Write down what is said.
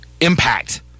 impact